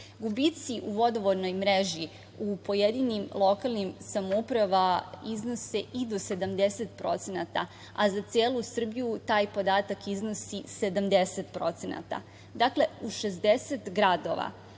Gubici u vodovodnoj mreži u pojedinim lokalnim samoupravama iznose i do 70%, a za celu Srbiju taj podatak iznosi 70%. Dakle, u 60 gradova